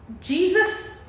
Jesus